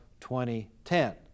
2010